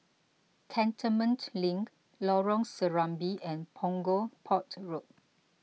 Cantonment Link Lorong Serambi and Punggol Port Road